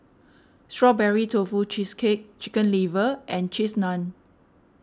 Strawberry Tofu Cheesecake Chicken Liver and Cheese Naan